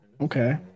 Okay